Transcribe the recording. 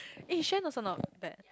eh Xuan also not bad